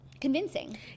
convincing